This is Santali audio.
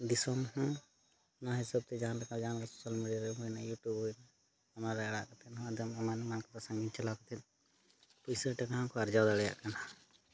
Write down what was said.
ᱫᱤᱥᱚᱢᱦᱚᱸ ᱚᱱᱟ ᱦᱤᱥᱟᱹᱵᱽᱛᱮ ᱡᱟᱦᱟᱸᱞᱮᱠᱟ ᱡᱟᱦᱟᱸᱞᱮᱠᱟ ᱥᱳᱥᱟᱞ ᱢᱤᱰᱤᱭᱟᱨᱮ ᱢᱟᱱᱮ ᱤᱭᱩᱴᱩᱵᱽᱨᱮ ᱚᱱᱟᱨᱮ ᱟᱲᱟᱜ ᱠᱟᱛᱮᱫᱦᱚᱸ ᱟᱫᱚᱢ ᱮᱢᱟᱱᱼᱮᱢᱟᱱ ᱠᱚ ᱥᱟᱺᱜᱤᱧ ᱪᱟᱞᱟᱣ ᱠᱟᱛᱮᱫ ᱯᱩᱭᱥᱟᱹᱼᱴᱟᱠᱟᱦᱚᱸᱠᱚ ᱟᱨᱡᱟᱣ ᱫᱟᱲᱮᱭᱟᱜ ᱠᱟᱱᱟ